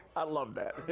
i love that. i